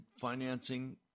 financing